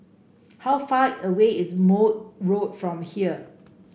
how far away is Maude Road from here